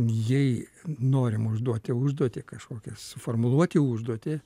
jei norim užduoti užduotį kažkokią suformuluoti užduotį